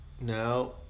No